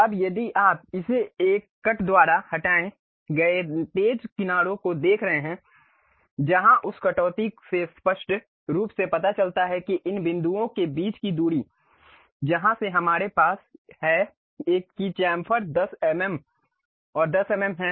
अब यदि आप इसे एक कट द्वारा हटाए गए तेज किनारों को देख रहे हैं जहां उस कटौती से स्पष्ट रूप से पता चलता है कि इन बिंदुओं के बीच की दूरी जहां से हमारे पास है कि चैम्फर 10 ऍम ऍम और 10 ऍम ऍम है